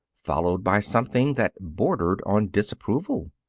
followed by something that bordered on disapproval.